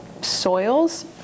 soils